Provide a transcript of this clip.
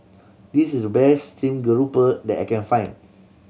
this is the best stream grouper that I can find